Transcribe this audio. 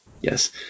yes